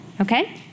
okay